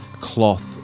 cloth